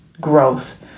growth